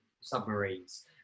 submarines